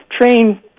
train